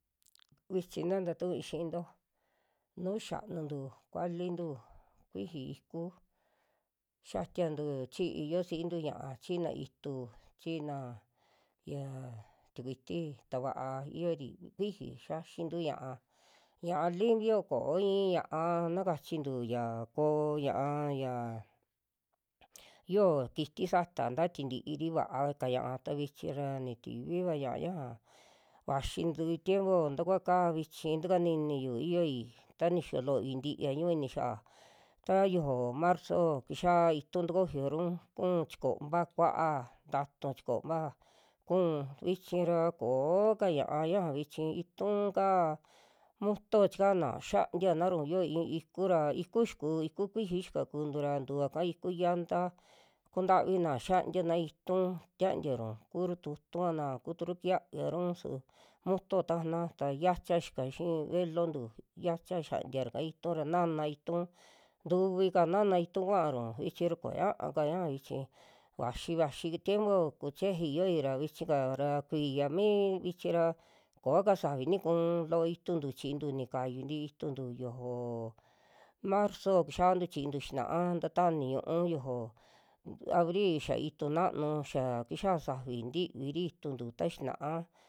Xichi na tatu'ui xiinto nu xianuntu kualintu, kuiji iku xiatiantu chii yuvasintu ña'a, chiina itu china yaa tikuiti ta vaa yiori kuiji xiaxintu ña'a, ña'a limpio koo i'i ña'a na kachintu ya koo ña'a yaa yoo kiti sata tintii'ri va'aka ña'a, vichi ra nitivi'va ña'a ñaja vaxintu i'i tiempo takua kaa vichi tikaniniyu yoi, ta nixiyo looi ntiiya ñu'u ini xiaa ta yojo marzo kixa itu takoyoru kuu chikompa kua'a, ntatu chikompa kuu vichi'ra kooka ña'a ñaja vichi ituu ka moto chikana xiantianaru yoo i'i iku ra, iku xiku kuiji xikakuntu ra tuva ika iku yanta kuntavina xiantana itu, tiantiaru kuru tutun'vana kuturu kixiaviaru su moto tajana, ta yiacha xika xii velontu, yiacha xiantiraka itu ra, naana itu ntuvika naana itu kuaru vichi ra koñaa kañaja vichi vuaxi, vuaxi tiempo kuchejei yoi ra vichika ra kuiya mi vichi ra kooka safi ni kuu, loo ituntu chiintu ni kayu ntii ituntu, yojoo marzo xiantu chiintu xina'a nta tani ñu'u yojo abri xa itu naanu, xaa ya kixa safi ntiviri ituntu ta xina'a.